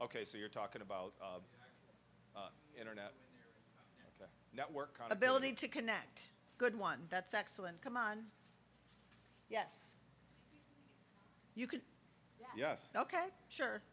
ok so you're talking about internet network ability to connect good one that's excellent come on yes you can yes ok sure